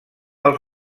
els